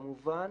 כמובן,